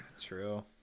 true